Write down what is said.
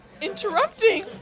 Interrupting